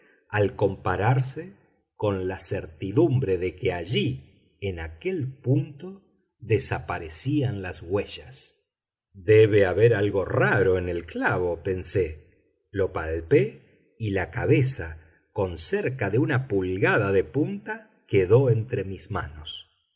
al compararse con la certidumbre de que allí en aquel punto desaparecían las huellas debe haber algo raro en el clavo pensé lo palpé y la cabeza con cerca de una pulgada de punta quedó entre mis manos